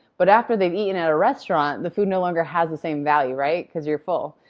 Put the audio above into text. but after they've eaten at a restaurant the food no longer has the same value right? because you're full.